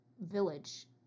village